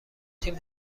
تیم